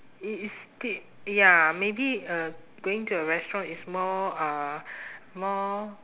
i~ it's sti~ ya maybe uh going to a restaurant is more uh more